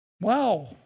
Wow